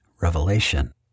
revelation